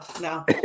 no